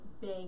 big